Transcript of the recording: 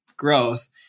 growth